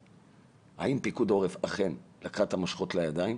האם פיקוד העורף אכן לקח את המושכות לידיים,